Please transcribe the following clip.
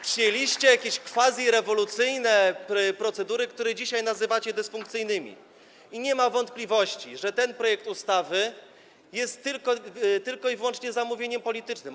Przyjęliście jakieś quasi-rewolucyjne procedury, które dzisiaj nazywacie dysfunkcyjnymi, i nie ma wątpliwości, że ten projekt ustawy jest tylko i wyłącznie zamówieniem politycznym.